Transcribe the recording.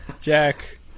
Jack